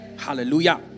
Hallelujah